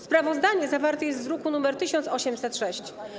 Sprawozdanie zawarte jest w druku nr 1806.